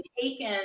taken